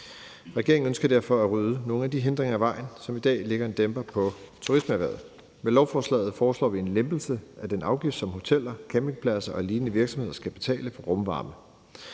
Regeringen ønsker derfor at rydde nogle af de hindringer, som i dag lægger en dæmper turismeerhvervet, af vejen. Med lovforslaget foreslår vi en lempelse af den afgift, som hoteller, campingpladser og lignende virksomheder skal betale for rumvarme.